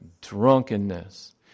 Drunkenness